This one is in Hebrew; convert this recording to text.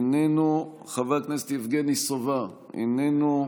איננו, חבר הכנסת יבגני סובה, איננו.